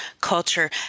culture